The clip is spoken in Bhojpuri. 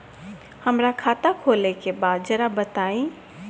हमरा खाता खोले के बा जरा बताई